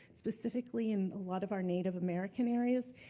specifically in a lot of our native american areas,